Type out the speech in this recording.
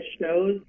shows